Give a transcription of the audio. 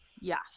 yes